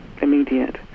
immediate